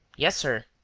yes, sir.